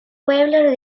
pueblos